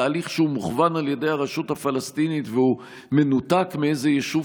בתהליך שהוא מוכוון על ידי הרשות הפלסטינית והוא מנותק מאיזה יישוב